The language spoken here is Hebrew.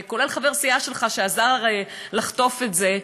כולל חבר סיעה שלך שעזר הרי לחטוף את זה,